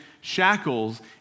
shackles